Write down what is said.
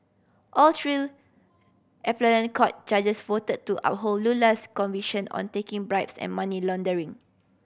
all three court judges voted to uphold Lula's conviction on taking bribes and money laundering